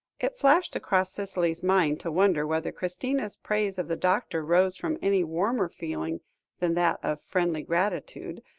it flashed across cicely's mind to wonder whether christina's praise of the doctor rose from any warmer feeling than that of friendly gratitude,